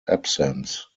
absence